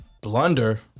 blunder